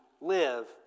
live